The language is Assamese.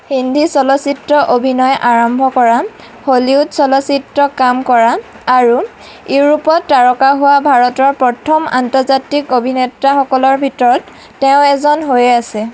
হিন্দী চলচ্চিত্ৰত অভিনয় আৰম্ভ কৰা হলিউড চলচ্চিত্ৰত কাম কৰা আৰু ইউৰোপত তাৰকা হোৱা ভাৰতৰ প্ৰথম আন্তৰ্জাতিক অভিনেতাসকলৰ ভিতৰত তেওঁ এজন হৈয়েই আছে